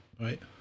right